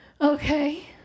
Okay